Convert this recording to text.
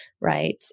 right